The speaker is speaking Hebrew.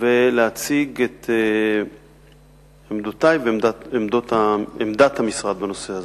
ולהציג את עמדותי ועמדת המשרד בנושא הזה.